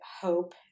hope